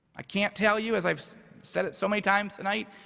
i can't tell you as i've said it so many times tonight,